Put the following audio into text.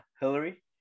hillary